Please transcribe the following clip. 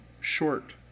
short